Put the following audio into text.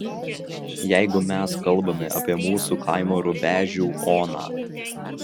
jeigu mes kalbame apie mūsų kaimo rubežių oną